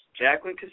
Jacqueline